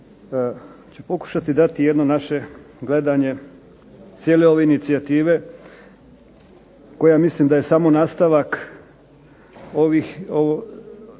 ću pokušati dati jedno naše gledanje cijele ove inicijative koja mislim da je samo nastavak